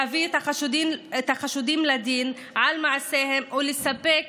להביא את החשודים לדין על מעשיהם ולספק